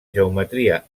geometria